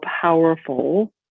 powerful